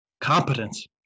competence